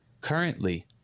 Currently